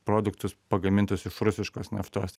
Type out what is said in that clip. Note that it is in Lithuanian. produktus pagamintus iš rusiškos naftos